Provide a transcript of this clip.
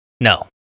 No